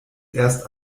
erst